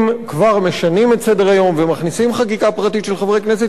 אם כבר משנים את סדר-היום ומכניסים חקיקה פרטית של חברי כנסת,